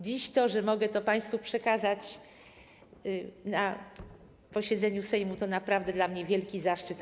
Dziś to, że mogę to państwu przekazać na posiedzeniu Sejmu, to naprawdę dla mnie wielki zaszczyt.